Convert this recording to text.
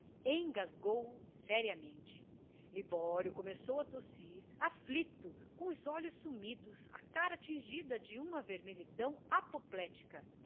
engasgou o seriamente libório começou a tossir aflito com os olhos sumidos a cara tingida de uma vermelhidão apoplética a